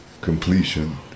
completion